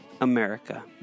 America